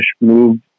move